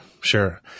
sure